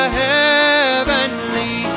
heavenly